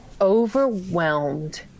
Overwhelmed